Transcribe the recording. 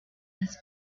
his